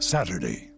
Saturday